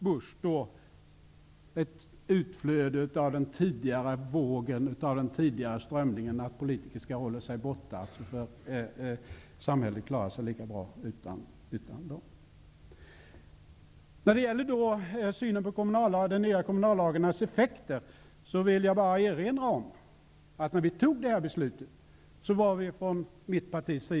Bush däremot, stod för ett utflöde av den tidigare strömningen att politiker skall hålla sig borta, därför att samhället klarar sig lika bra utan dem. När det gäller synen på den nya kommunallagens effekter vill jag erinra om att vi från mitt parti var mycket tveksamma när beslutet fattades.